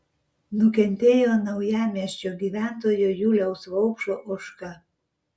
nukentėjo naujamiesčio gyventojo juliaus vaupšo ožka